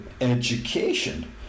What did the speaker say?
education